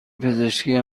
پزشکی